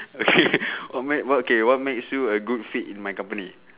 okay oh man okay what makes you a good fit in my company